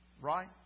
Right